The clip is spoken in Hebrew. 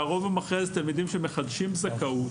והרוב המכריע הם תלמידים שמחדשים זכאות.